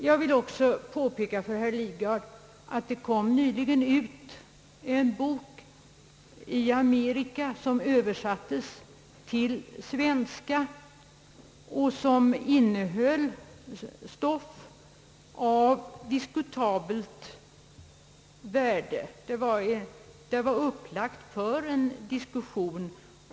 Jag vill också påpeka för herr Lidgard att det nyligen kom ut en bok i Amerika som översattes till svenska och som innehöll stoff av diskutabelt värde. Här fanns skäl till en diskussion.